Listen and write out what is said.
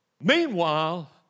Meanwhile